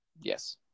yes